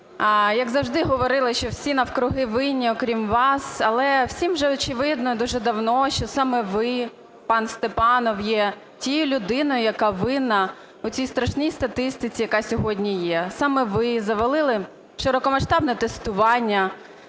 як завжди, говорили, що всі навкруги винні окрім вас. Але всім вже очевидно і дуже давно, що саме ви, пан Степанов, є тією людиною, яка винна у цій страшній статистиці, яка сьогодні є. Саме ви завалили широкомасштабне тестування,